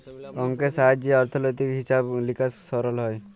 অংকের সাহায্যে অথ্থলৈতিক হিছাব লিকাস সরল হ্যয়